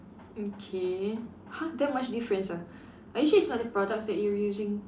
mm K !huh! that much difference ah are you sure it's not the products that you using